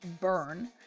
burn